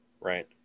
Right